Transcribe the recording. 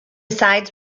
sides